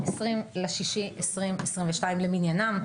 20 ביוני 2022 למניינם.